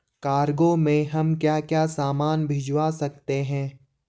Cargo में हम क्या क्या सामान भिजवा सकते हैं?